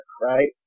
right